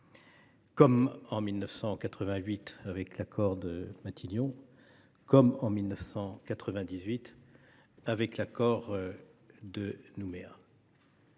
comme en 1988 avec l’accord de Matignon, comme en 1998 avec l’accord de Nouméa.